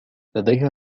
لديها